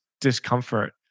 discomfort